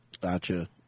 gotcha